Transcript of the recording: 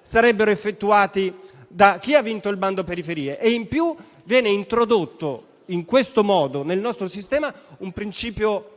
sarebbero effettuati da chi ha vinto il bando periferie. In più, viene introdotto in questo modo nel nostro sistema un principio